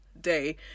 day